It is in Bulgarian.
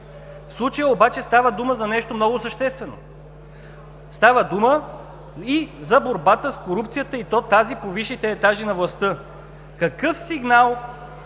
В случая обаче става дума за нещо много съществено. Става дума и за борбата с корупцията и то тази по висшите етажи на властта. Какъв сигнал